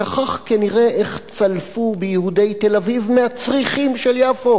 שכח כנראה איך צלפו ביהודי תל-אביב מהצריחים של יפו.